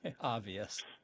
obvious